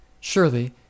Surely